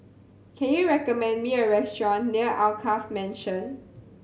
can you recommend me a restaurant near Alkaff Mansion